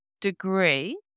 degree